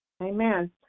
Amen